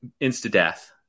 insta-death